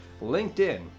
LinkedIn